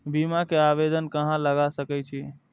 बीमा के आवेदन कहाँ लगा सके छी?